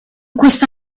questa